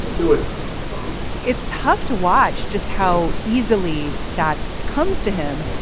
do it it's tough to watch just how easily that comes to him.